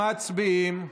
מצביעים.